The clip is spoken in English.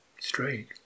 straight